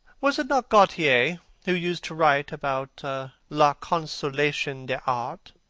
was it not gautier who used to write about la consolation des arts?